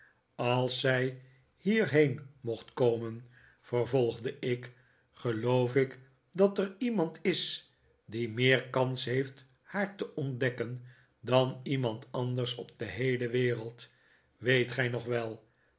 als zij hierheen mocht komen vervolgde ik geloof ik dat er iemand is die meer kans heeft haar te ontdekken dan iemand anders op de heele wereld weet gij nog wel